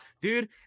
dude